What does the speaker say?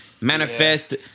Manifest